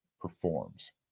performs